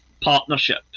partnership